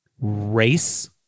race